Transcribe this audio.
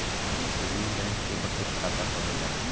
saving bank के बचत खाता कहल जाला